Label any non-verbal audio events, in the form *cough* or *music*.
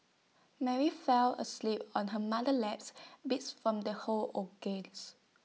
Mary fell asleep on her mother laps beats from the whole *unintelligible*